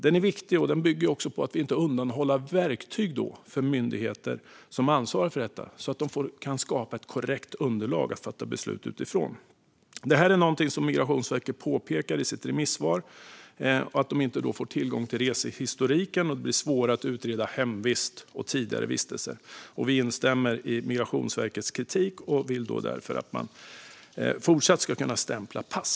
Den är viktig och bygger på att inte undanhålla verktyg för myndigheter som ansvarar för detta, för de ska kunna skapa ett korrekt underlag att fatta beslut utifrån. Migrationsverket påpekar i sitt remissvar att de inte får tillgång till resehistoriken och att det blir svårare att utreda hemvist och tidigare vistelse. Vi instämmer i Migrationsverkets kritik och vill därför att man fortsatt ska kunna stämpla pass.